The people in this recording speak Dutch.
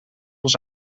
ons